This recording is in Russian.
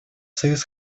союз